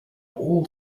all